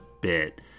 bit